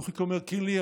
נוחיק אומר: קינלי,